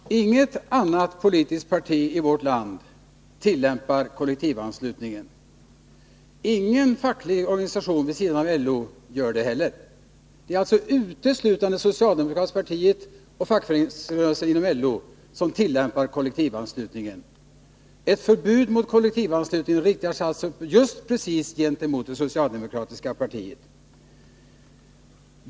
Fru talman! Inget annat politiskt parti i vårt land tillämpar kollektivanslutningen. Ingen facklig organisation vid sidan av LO gör det. Det är alltså uteslutande det socialdemokratiska partiet och fackföreningsrörelsen inom LO som tillämpar kollektivanslutningen. Ett förbud mot kollektivanslutning riktar sig alltså just mot det socialdemokratiska partiet.